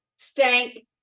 Stank